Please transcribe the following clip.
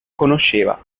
conosceva